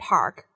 Park